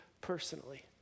personally